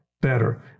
better